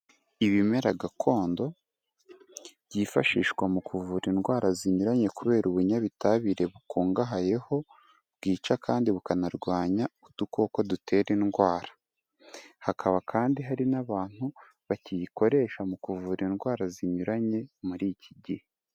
Ibimera gakondo, byifashishwa mu kuvura indwara zinyuranye kubera ubunyabutabire bukungahayeho, bwica kandi bukanarwanya udukoko dutera indwara, hakaba kandi hari n'abantu bakiyikoresha mu kuvura indwara zinyuranye muri iki gihe.